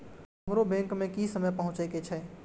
हमरो बैंक में की समय पहुँचे के छै?